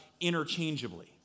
interchangeably